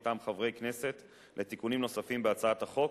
מטעם חברי כנסת לתיקונים נוספים בהצעת החוק,